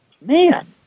man